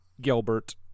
Gilbert